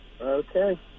Okay